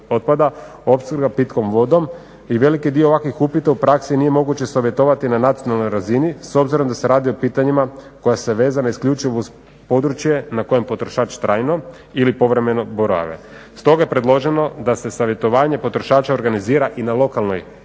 otpada, opskrba pitkom vodom i veliki dio ovakvih upita u praksi nije moguće savjetovati na nacionalnoj razini s obzirom da se radi o pitanjima koja su vezana isključivo uz područje na kojem potrošač trajno ili povremeno borave. Stoga je predloženo da se savjetovanje potrošača organizira i na lokalnoj razini,